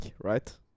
right